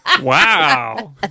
Wow